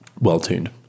well-tuned